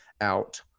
out